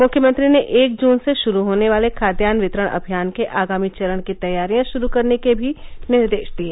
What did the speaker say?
मुख्यमंत्री ने एक जुन से शुरू होने वाले खाद्यान्न वितरण अभियान के आगामी चरण की तैयारियां शुरू करने के भी निर्देश दिए